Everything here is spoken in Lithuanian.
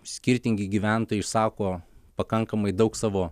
skirtingi gyventojai išsako pakankamai daug savo